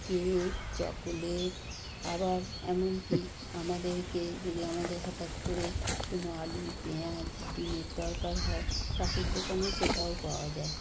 cake chocolate আবার এমনকি আমাদেরকে যদি আমাদের হঠাৎ করে কোনও আলু পেঁয়াজ ডিমের দরকার হয় কাকুর দোকানে সেটাও পাওয়া যায়